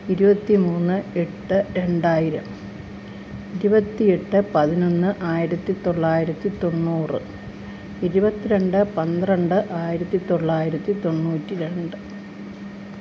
ഇരുപത്തിമൂന്ന് എട്ട് രണ്ടായിരം ഇരുപത്തിയെട്ട് പതിനൊന്ന് ആയിരത്തി തൊള്ളായിരത്തി തൊണ്ണൂറ് ഇരുവത്തിരണ്ട് പന്ത്രണ്ട് ആയിരത്തി തൊള്ളായിരത്തി തൊണ്ണൂറ്റി രണ്ട്